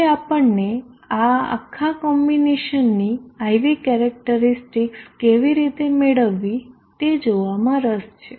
હવે આપણને આ આખા કોમ્બિનેશનની IV કેરેક્ટરીસ્ટિકસ કેવી રીતે મેળવવી તે જોવા માં રસ છે